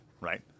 right